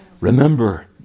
Remember